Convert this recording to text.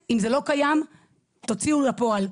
אם זה לא קיים תוציאו את זה לפועל,